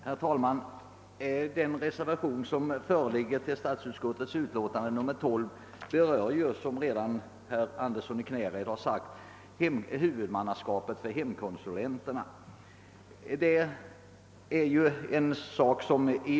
Herr talman! Den reservation som föreligger till statsutskottets utlåtande nr 12 berör som herr Andersson i Knäred redan har sagt huvudmannaskapet för hemkonsulenterna.